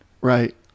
right